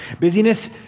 Busyness